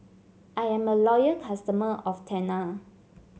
I'm a loyal customer of Tena